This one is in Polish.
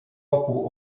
wokół